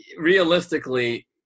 realistically